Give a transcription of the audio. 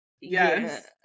Yes